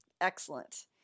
Excellent